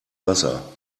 wasser